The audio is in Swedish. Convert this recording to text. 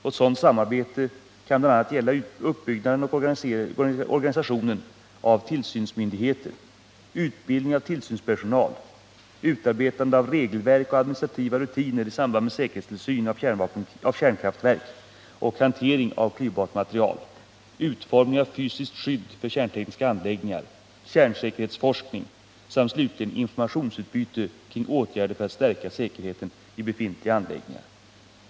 Ett sådant samarbete kan bl.a. gälla uppbyggnaden och organisationen av tillsynsmyndigheter, utbildning av tillsynspersonal, utarbetande av regelverk och administrativa rutiner i samband med säkerhetstillsyn av kärnkraftverk och hantering av klyvbart material, utformning av fysiskt skydd för kärntekniska anläggningar, kärnsäkerhetsforskning samt slutligen utbyte kring åtgärder för att stärka säkerheten i befintliga anläggningar.